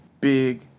big